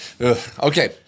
Okay